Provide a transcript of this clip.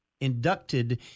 inducted